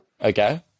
Okay